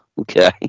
Okay